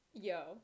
yo